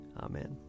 Amen